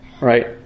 right